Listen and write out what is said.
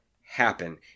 happen